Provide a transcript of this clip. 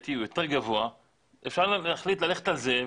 החקיקתי הוא יותר גבוה אפשר להחליט ללכת על זה,